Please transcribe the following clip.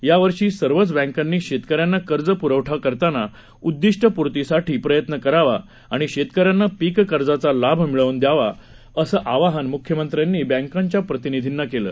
यावर्षी सर्वच बँकांनी शेतकऱ्यांना कर्ज पुरवठा करताना उद्दीष्टपूर्तीसाठी प्रयत्न करावा आणि शेतकऱ्यांना पीक कर्जाचा लाभ मिळवून द्यावा असं आवाहन मुख्यमंत्र्यांनी बैंकांच्या प्रतिनीधींना केलं